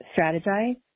strategize